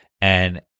And-